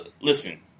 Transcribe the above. listen